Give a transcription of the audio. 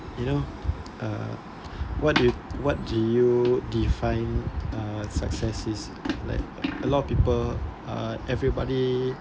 you know uh what if what did you would define uh success is like a lot of people uh everybody